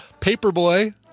Paperboy